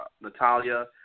Natalia